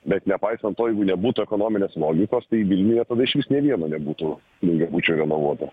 bet nepaisant to jeigu nebūtų ekonominės logikos tai vilniuje tada išvis nei vieno nebūtų daugiabučio renovuoto